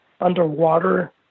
underwater